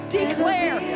declare